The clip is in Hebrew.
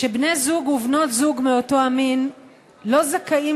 שבני-זוג ובנות-זוג מאותו המין לא זכאים